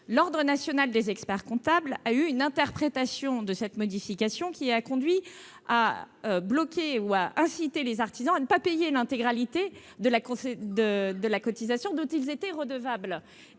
l'ordre national des experts-comptables a eu une interprétation de cette modification qui a conduit les artisans à ne pas payer l'intégralité de la cotisation dont ils étaient redevables.